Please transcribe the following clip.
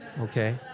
Okay